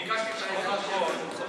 ביקשתי את העזרה שלו.